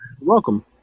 Welcome